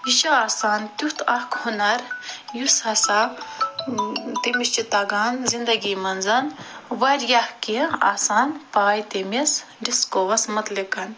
یہ چھُ آسان تیٛتھ اکھ ہنر یُس ہسا تٔمِس چھُ تگان زندگی منٛز واریاہ کیٚنٛہہ آسان پاے تٔمِس ڈِسکوس متٮعلق